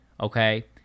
okay